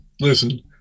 listen